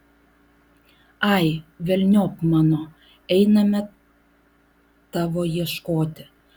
ai velniop mano einame tavo ieškoti